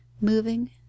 moving